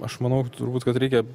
aš manau turbūt kad reikia